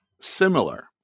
similar